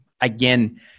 again